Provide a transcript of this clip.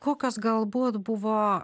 kokios galbūt buvo